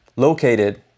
located